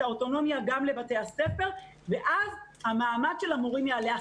האוטונומיה גם לבתי הספר ואז המעמד של המורים יעלה.